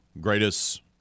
greatest